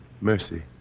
Mercy